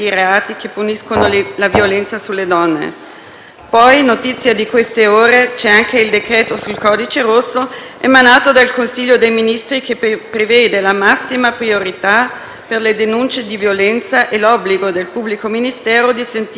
Poi, notizia di queste ore, c'è anche il provvedimento cosiddetto "Codice rosso" emanato dal Consiglio dei ministri, che prevede la massima priorità per le denunce di violenza e l'obbligo del pubblico ministero di sentire la denunciante entro tre giorni.